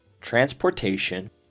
transportation